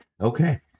Okay